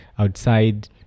Outside